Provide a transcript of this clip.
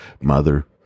mother